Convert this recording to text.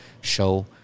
show